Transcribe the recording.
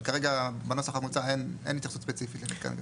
אבל כרגע בנוסח המוצע אין התייחסות ספציפית למתקן גז.